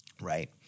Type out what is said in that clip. right